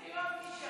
כבר הפעלתי הצבעה.